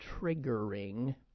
triggering